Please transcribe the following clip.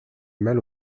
mal